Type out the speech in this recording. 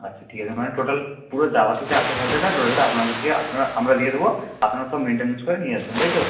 আচ্ছা ঠিক আছে মানে টোটাল পুরো যাওয়া থেকে আসা খরচাটা টোটালটা আপনাদেরকে আপনারা আমরা দিয়ে দেবো আপনারা সব মেনটেনেন্স করে নিয়ে আসবেন তাই তো